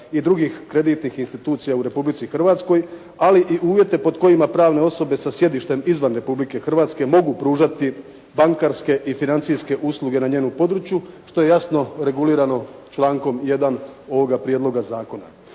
i drugih kreditnih institucija u Republici Hrvatskoj ali i uvjete pod kojima pravne osobe sa sjedištem izvan Republike Hrvatske mogu pružati bankarske i financijske usluge na njenom području što je jasno regulirano člankom 1. ovoga Prijedloga zakona.